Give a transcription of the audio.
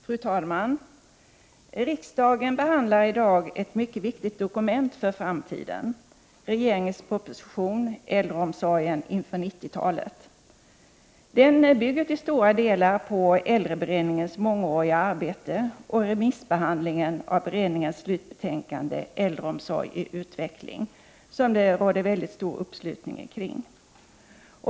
Fru talman! Riksdagen behandlar i dag ett mycket viktigt dokument för framtiden, regeringens proposition Äldreomsorgen inför 90-talet. Den bygger till stora delar på äldreberedningens mångåriga arbete och remissbehandlingen av beredningens slutbetänkande Äldreomsorg i utveckling, som det råder stor uppslutning kring.